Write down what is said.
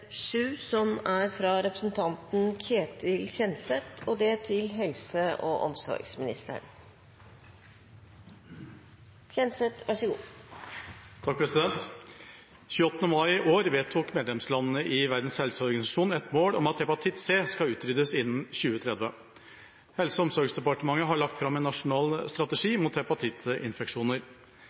mai i år vedtok medlemslandene i WHO et mål om at hepatitt C skal utryddes innen 2030. Helse- og omsorgsdepartementet har lagt fram en nasjonal strategi mot hepatittinfeksjoner.